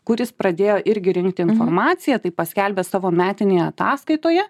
kuris pradėjo irgi rinkti informaciją tai paskelbė savo metinėje ataskaitoje